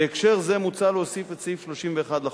בהקשר זה מוצע להוסיף את סעיף 31 לחוק,